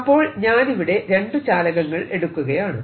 അപ്പോൾ ഞാനിവിടെ രണ്ടു ചാലകങ്ങൾ എടുക്കുകയാണ്